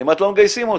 כמעט לא מגייסים אותם.